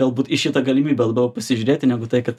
galbūt į šitą galimybę labiau pasižiūrėti negu tai kad